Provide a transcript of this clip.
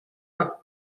huns